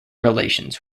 relations